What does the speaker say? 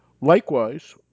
Likewise